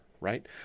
Right